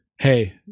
hey